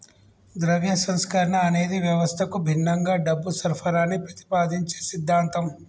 ద్రవ్య సంస్కరణ అనేది వ్యవస్థకు భిన్నంగా డబ్బు సరఫరాని ప్రతిపాదించే సిద్ధాంతం